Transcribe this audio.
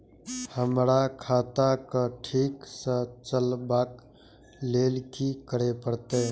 हमरा खाता क ठीक स चलबाक लेल की करे परतै